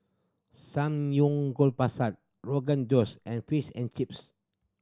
Samgyeopsal Rogan Josh and Fish and Chips